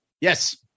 Yes